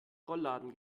rollladen